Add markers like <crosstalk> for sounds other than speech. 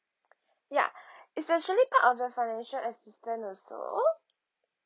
ya <breath> it's actually part of the financial assistance also